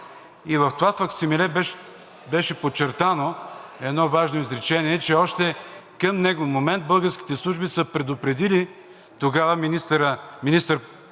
В това факсимиле беше подчертано едно важно изречение, че още към него момент българските служби са предупредили министър-председателя